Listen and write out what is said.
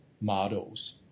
models